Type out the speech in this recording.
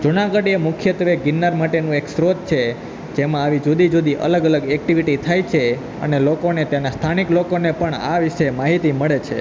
જુનાગઢ એ મુખ્યત્વે ગિરનાર માટેનું એક સ્ત્રોત છે જેમાં આવી જુદી જુદી અલગ અલગ એકટીવિટી થાય છે અને લોકોને તેના સ્થાનિક લોકોને પણ આ વિષે માહિતી મળે છે